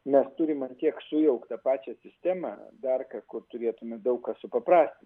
mes turim ant tiek sujauktą pačią sistemą dar ką ko turėtume daug ką supaprastint